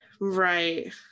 Right